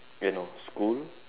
eh no school